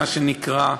מה שנקרא,